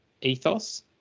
ethos